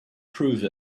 prove